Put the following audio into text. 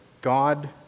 God